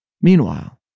Meanwhile